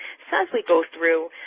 so as we go through,